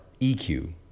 EQ